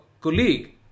colleague